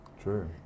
True